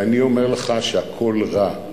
ואני אומר לך שהכול רע,